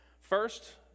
First